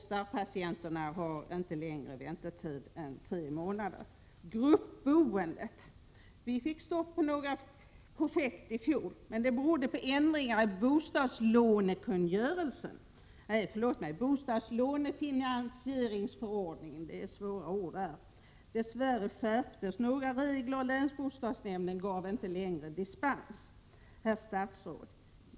Starrpatienterna har inte längre väntetid än tre månader. För det femte: Gruppboendet. Vi fick några projekt stoppade i fjol. Detta berodde på ändringar i bostadslånefinansieringsförordningen. Dess värre skärptes några regler, och länsbostadsnämnden gav inte längre dispens. Herr statsråd!